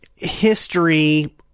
History